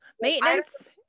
maintenance